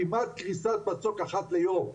כמעט קריסת מצוק אחת ליום.